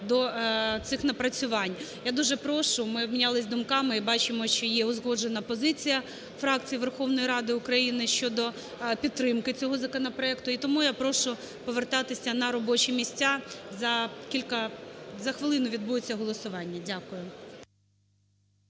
до цих напрацювань. Я дуже прошу, ми обмінялись думками, і бачимо, що є узгоджена позиція фракцій Верховної Ради України щодо підтримки цього законопроекту. І тому я прошу повертатися на робочі місця, за кілька… за хвилину відбудеться голосування. Дякую.